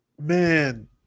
Man